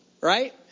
right